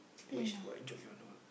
which what job you wanna work